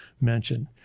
mentioned